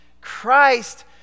Christ